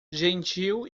gentil